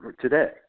today